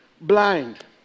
blind